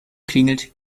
klingelt